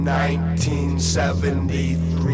1973